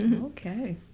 Okay